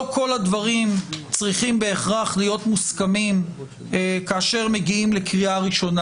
לא כל הדברים צריכים להיות מוסכמים בהכרח כאשר מגיעים לקריאה הראשונה.